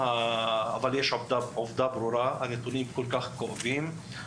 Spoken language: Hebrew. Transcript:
יש עובדה ברורה, הנתונים הם כל כך כואבים.